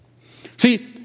See